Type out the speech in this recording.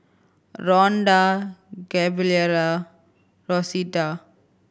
Ronda Gabriella Rosita